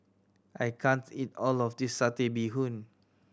I can't eat all of this Satay Bee Hoon